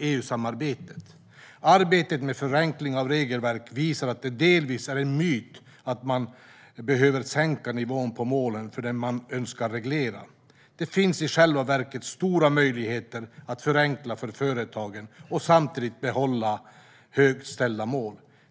EU-samarbetet. Arbetet med förenkling av regelverk visar att det delvis är en myt att man behöver sänka nivån på målen för det man önskar reglera. Det finns i själva verket stora möjligheter att förenkla för företagen och samtidigt behålla högt ställda mål.